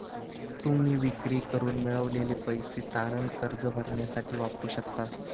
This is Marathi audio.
तुम्ही विक्री करून मिळवलेले पैसे तारण कर्ज भरण्यासाठी वापरू शकतास